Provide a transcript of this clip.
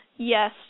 Yes